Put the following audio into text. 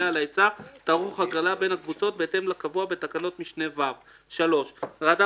על ההיצע תערוך הגרלה בין הקבוצות בהתאם לקבוע בתקנת משנה (ו); ראתה